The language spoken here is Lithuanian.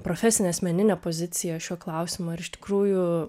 profesinė asmeninė pozicija šiuo klausimu ar iš tikrųjų